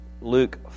Luke